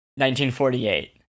1948